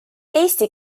eesti